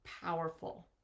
powerful